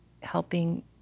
helping